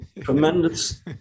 Tremendous